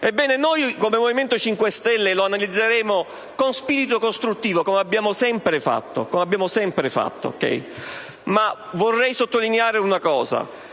Ebbene, noi, come Movimento 5 Stelle, lo esamineremo con spirito costruttivo, come abbiamo sempre fatto; vorrei però sottolineare che